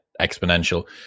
exponential